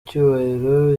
cyubahiro